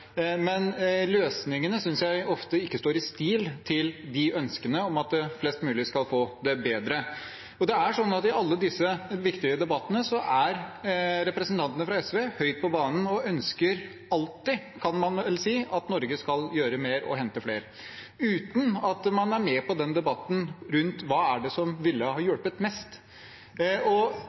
men løsningene synes jeg ofte ikke står i stil med ønskene om at flest mulig skal få det bedre. Det er sånn at i alle disse viktige debattene er representantene fra SV høyt på banen og ønsker alltid, kan man vel si, at Norge skal gjøre mer og hente flere, uten at man er med på debatten rundt hva det er som ville hjulpet mest.